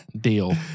Deal